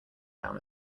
down